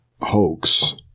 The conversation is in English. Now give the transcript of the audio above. hoax